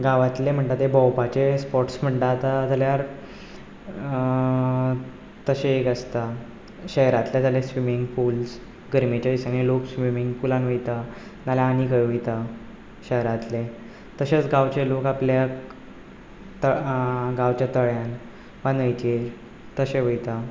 गांवांतले म्हणटात ते भोंवपाचे स्पोट्स म्हणटात जाल्यार तशें एक आसता शेहरांतले जाल्यार स्विमींग पूल्स गर्मेच्या दिसांनी लोक स्विमींग पुलांत वयता ना जाल्यार आनी खंय वयता शहरांतले तशेच गांवचे लोक आपल्या गांवच्या तळ्यांत वा न्हंयचेर तशे वयता